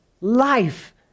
Life